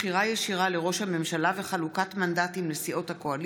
עבירות מין במשפחה),